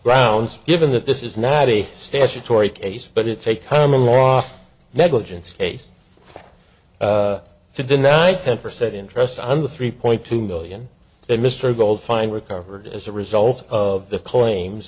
grounds given that this is not a statutory case but it's a common law negligence case to deny ten percent interest under three point two million that mr goldfine recovered as a result of the claims